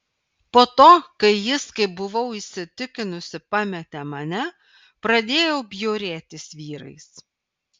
po to kai jis kaip buvau įsitikinusi pametė mane pradėjau bjaurėtis vyrais